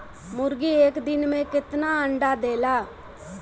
मुर्गी एक दिन मे कितना अंडा देला?